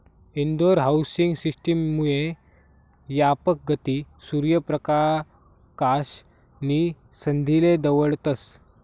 Indore housing system मुये यापक गती, सूर्य परकाश नी संधीले दवडतस